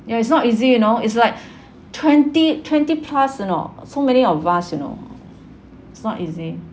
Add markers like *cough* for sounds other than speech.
ya it's not easy you know it's like *breath* twenty twenty plus you know so many of us you know it's not easy